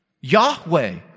Yahweh